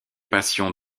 passions